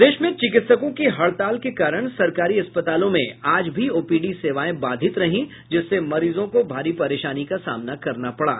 प्रदेश में चिकित्सकों की हड़ताल के कारण सरकारी अस्पतालों में आज भी ओपीडी सेवाएं बाधित रहीं जिससे मरीजों को भारी परेशानी का सामना करना पड़ा